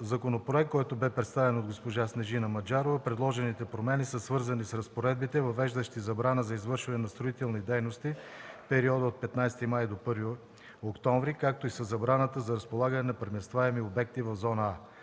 законопроект, който бе представен от госпожа Снежина Маджарова, предложените промени са свързани с разпоредбите, въвеждащи забрана за извършване на строителни дейности в периода от 15 май до 1 октомври, както и със забраната за разполагане на преместваеми обекти в зона „А”.